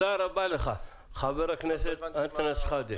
חבר הכנסת אנטנס שחאדה.